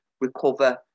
recover